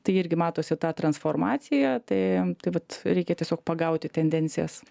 tai irgi matosi ta transformacija tai tai vat reikia tiesiog pagauti tendencijas